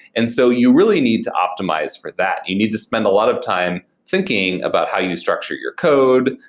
and so you really need to optimize for that. you need to spend a lot of time thinking about how you structure your code,